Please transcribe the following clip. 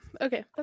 okay